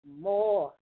more